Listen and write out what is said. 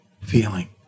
feeling